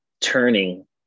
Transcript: turning